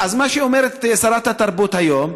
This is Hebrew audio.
אז מה שאומרת שרת התרבות היום: